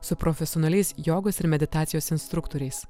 su profesionaliais jogos ir meditacijos instruktoriais